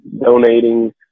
donating